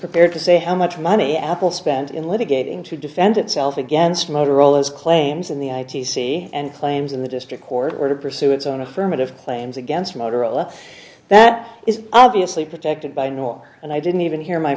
prepared to say how much money apple spent in litigating to defend itself against motorola as claims in the i t c and claims in the district court order to pursue its own affirmative claims against motorola that is obviously protected by norm and i didn't even hear my